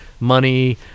money